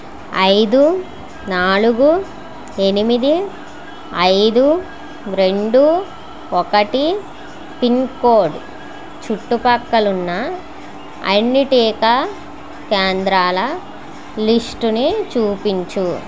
ఐదు నాలుగు ఎనిమిది ఐదు రెండు ఒకటి పిన్కోడ్ చుట్టుప్రక్కలున్న అన్ని టీకా కేంద్రాల లిస్టుని చూపించు